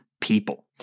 people